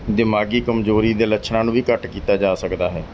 ਦਿਮਾਗੀ ਕਮਜ਼ੋਰੀ ਦੇ ਲੱਛਣਾਂ ਨੂੰ ਵੀ ਘੱਟ ਕੀਤਾ ਜਾ ਸਕਦਾ ਹੈ